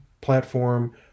platform